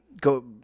go